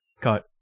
Cut